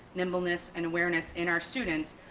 nimbleness and awareness in our students,